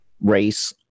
race